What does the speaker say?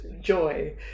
joy